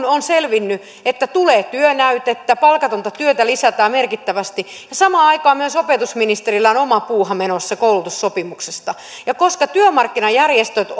on selvinnyt että tulee työnäytettä palkatonta työtä lisätään merkittävästi ja samaan aikaan myös opetusministerillä on oma puuha menossa koulutussopimuksesta työmarkkinajärjestöt